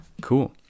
Cool